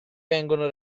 vengono